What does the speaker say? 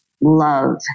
love